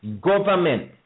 government